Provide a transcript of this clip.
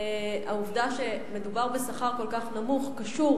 העובדה שמדובר בשכר כל כך נמוך קשורה